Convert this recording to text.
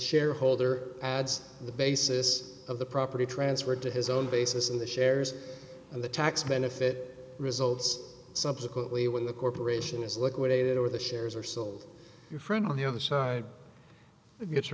shareholder adds the basis of the property transferred to his own basis in the shares of the tax benefit results subsequently when the corporation is liquidated or the shares are sold your friend on the other side it gets